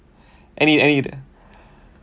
any any either